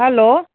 hello